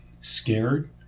scared